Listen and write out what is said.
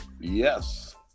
Yes